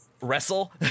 Wrestle